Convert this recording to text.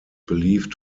believed